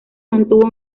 mantuvo